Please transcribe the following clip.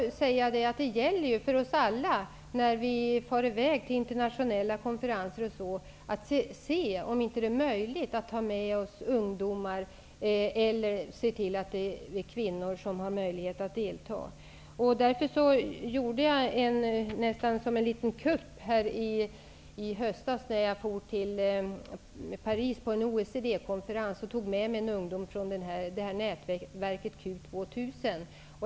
Det gäller ju för oss alla att när vi far i väg till internationella konferenser undersöka om det inte är möjligt för oss att ta med oss ungdomar. I annat fall kan vi kanske se till att kvinnor får möjlighet att delta. Jag gjorde nästan en liten kupp i höstas när jag for till Paris på en OECD-konferens och tog med mig en ung man från nätverket Q 2000.